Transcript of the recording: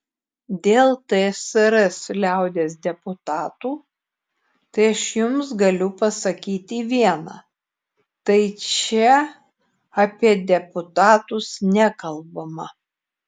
dėl tsrs liaudies deputatų tai aš jums galiu pasakyti viena tai čia apie deputatus nekalbama